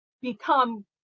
become